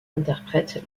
interprète